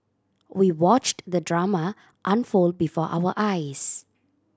we watched the drama unfold before our eyes